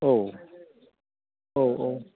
औ औ औ